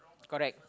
correct